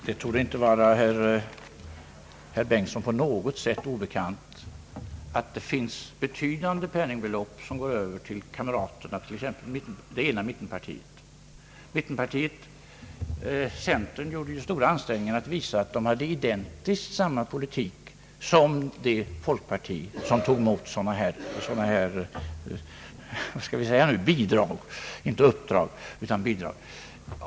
Herr talman! Det torde inte vara herr Bengtson på något sätt obekant att betydande penningbelopp går över till kamraterna i det andra mittenpartiet. Mittenpartiet centern gjorde ju stora ansträngningar att visa att det förde identiskt samma politik som folkpartiet som tog emot sådana här bidrag — inte uppdrag utan bidrag.